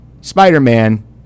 Spider-Man